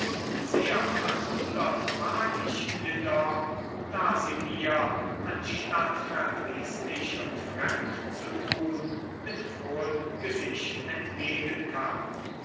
sehr verwundert war ich jedoch da sie mir anstatt verdrießlich und fremd zu tun mit frohem gesicht